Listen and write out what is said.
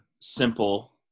simple